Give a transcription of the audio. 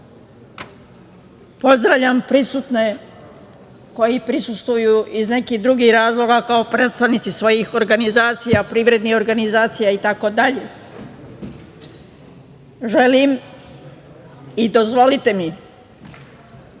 pozdravljam prisutne koji prisustvuju iz nekih drugih razloga kao predstavnici svojih organizacija, privrednih organizacija i tako dalje, želim i dozvolite mi